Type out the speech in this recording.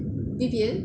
V_P_N